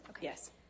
Yes